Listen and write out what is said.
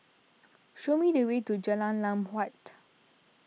show me the way to Jalan Lam Huat